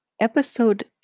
episode